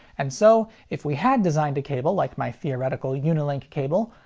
and so, if we had designed a cable like my theoretical unilink cable,